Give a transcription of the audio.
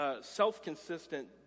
self-consistent